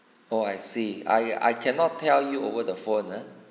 oh I see I I cannot tell you over the phone ah